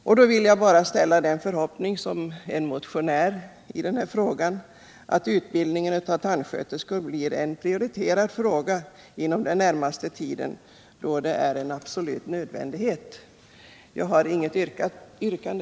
Jag vill som motionär bara uttala den förhoppningen att utbildningen av tandsköterskor blir en prioriterad fråga inom den närmaste tiden, då sådan utbildning är en absolut nödvändighet. Herr talman! Jag har inget yrkande.